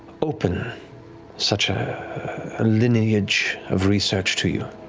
open such a lineage of research to you.